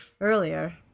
earlier